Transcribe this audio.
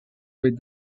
with